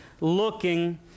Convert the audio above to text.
looking